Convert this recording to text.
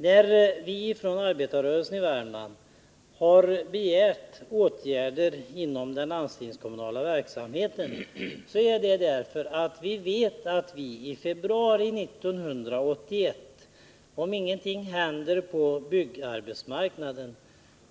När vi från arbetarrörelsen i Värmland har begärt åtgärder i den landstingskommunala verksamheten så är det därför att vi vet att vi i februari 1981, om ingenting händer på byggarbetsmarknaden,